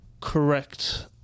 correct